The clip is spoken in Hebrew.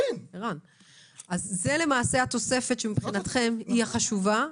אז זו למעשה התוספת שמבחינתכם היא החשובה.